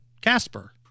Casper